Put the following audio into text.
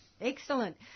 Excellent